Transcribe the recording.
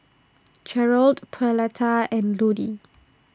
Jerrold Pauletta and Ludie